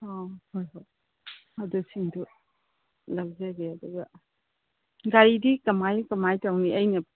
ꯑꯥ ꯍꯣꯏ ꯍꯣꯏ ꯑꯗꯨꯁꯤꯡꯗꯨ ꯂꯧꯖꯒꯦ ꯑꯗꯨꯒ ꯒꯥꯔꯤꯗꯤ ꯀꯃꯥꯏ ꯀꯃꯥꯏ ꯇꯧꯅꯤ ꯑꯩꯅ